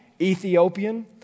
Ethiopian